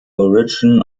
origin